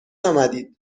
آمدید